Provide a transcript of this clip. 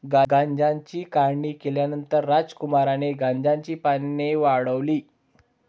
गांजाची काढणी केल्यानंतर रामकुमारने गांजाची पाने वाळवली